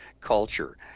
culture